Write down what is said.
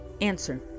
Answer